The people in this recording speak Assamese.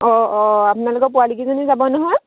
অঁ অঁ আপোনালোকৰ পোৱালিকেইজনী যাব নহয়